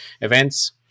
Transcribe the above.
events